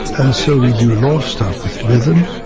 and so we do a lot of stuff with rhythm,